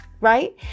right